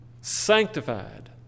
sanctified